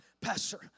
Pastor